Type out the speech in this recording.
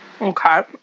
Okay